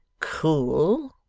cool?